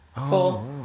Four